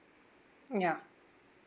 ya